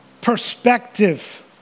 perspective